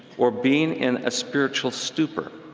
or being in a spiritual stupor.